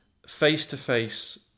face-to-face